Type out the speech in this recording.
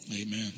Amen